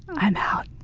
i'm out.